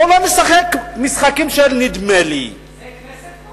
בוא לא נשחק משחקים של נדמה לי, זה כנסת פה?